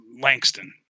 Langston